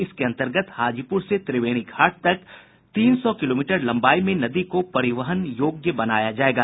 इसके अन्तर्गत हाजीपुर से त्रिवेणीघाट तक की तीन सौ किलोमीटर लम्बाई में नदी को परिवहन योग्य बनाया जाएगा